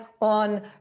on